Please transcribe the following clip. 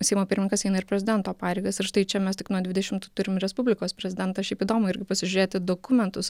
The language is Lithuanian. seimo pirmininkas eina ir prezidento pareigas ir štai čia mes tik nuo dvidešimtų turim respublikos prezidentą šiaip įdomu irgi pasižiūrėti dokumentus